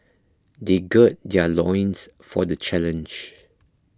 they gird their loins for the challenge